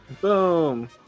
Boom